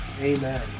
amen